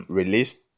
released